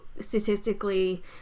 statistically